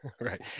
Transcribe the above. right